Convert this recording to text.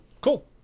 cool